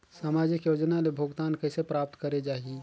समाजिक योजना ले भुगतान कइसे प्राप्त करे जाहि?